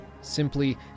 Simply